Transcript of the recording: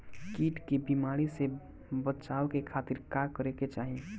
कीट के बीमारी से बचाव के खातिर का करे के चाही?